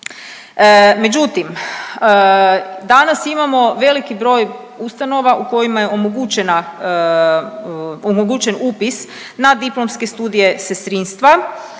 Međutim, danas imamo veliki broj ustanova u kojima je omogućen upis na diplomske studije sestrinstva,